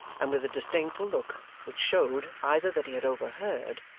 and with a disdainful look, which showed, either that he had overheard,